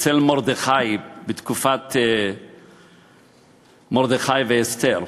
אצל מרדכי בתקופת מרדכי ואסתר.